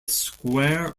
square